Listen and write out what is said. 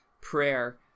prayer